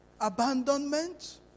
abandonment